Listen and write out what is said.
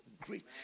great